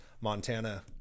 Montana